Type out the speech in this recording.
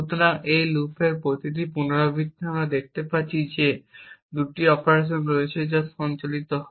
সুতরাং এই লুপের প্রতিটি পুনরাবৃত্তিতে আমরা দেখতে পাচ্ছি যে দুটি অপারেশন রয়েছে যা সঞ্চালিত হয়